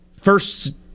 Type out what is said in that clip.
first